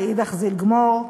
ואידך זיל גמור.